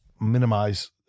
minimize